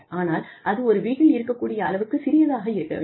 ஆனால் அது ஒரு வீட்டில் இருக்கக் கூடிய அளவுக்கு சிறியதாக இருக்க வேண்டும்